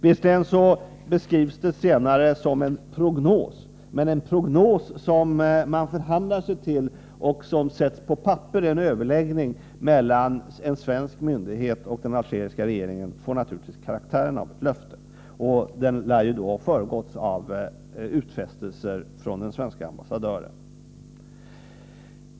Visserligen beskrivs det senare som en prognos — men en prognos som man förhandlar sig till och som sätts på papper i en överläggning mellan en svensk myndighet och den algeriska regeringen får naturligtvis karaktären av ett löfte. Och det lär ha föregåtts av utfästelser från den svenska ambassadören.